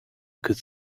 could